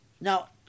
Now